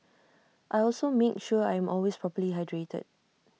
I also make sure I am always properly hydrated